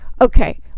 Okay